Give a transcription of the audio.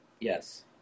Yes